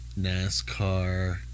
NASCAR